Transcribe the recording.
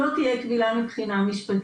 לא תהיה קבילה משפטית,